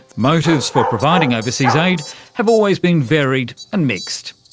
motives for providing overseas aid have always been varied and mixed.